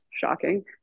Shocking